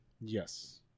Yes